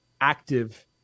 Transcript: active